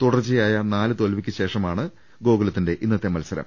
തുടർച്ചയായ നാല് തോൽവിക്ക് ശേഷമാണ് ഗോകുലത്തിന്റെ ഇന്നത്തെ മത്സ രം